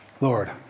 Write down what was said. Lord